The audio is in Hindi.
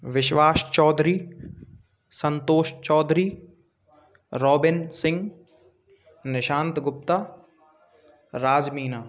विश्वास चौधरी संतोष चौधरी रॉबिन सिंह निशांत गुप्ता राज मीना